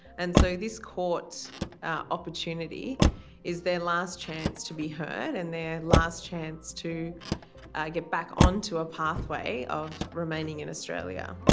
and so this court opportunity is their last chance to be heard and their last chance to ah get back onto a pathway of remaining in australia.